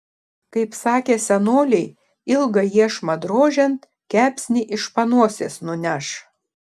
kaip sakė senoliai ilgą iešmą drožiant kepsnį iš panosės nuneš